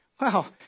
Wow